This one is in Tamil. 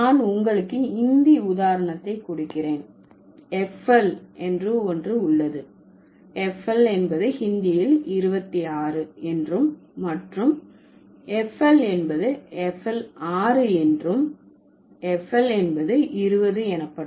நான் உங்களுக்கு இந்தி உதாரணத்தை கொடுக்கிறேன் FL என்று ஒன்று உள்ளது FL என்பது ஹிந்தியில் 26 என்றும் மற்றும் FL என்பது FL 6 என்றும் FL என்பது 20 எனப்படும்